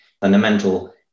fundamental